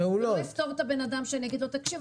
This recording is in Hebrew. זה לא יפתור לבן אדם שאני אגיד לו: תקשיב,